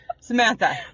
Samantha